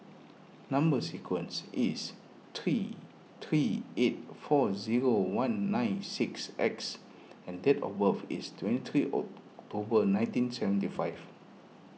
Number Sequence is T three eight four zero one nine six X and date of birth is twenty three October nineteen seventy five